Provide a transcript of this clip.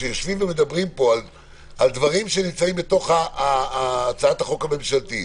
כשיושבים ומדברים פה על דברים שנמצאים בתוך הצעת החוק הממשלתית,